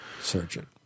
surgeon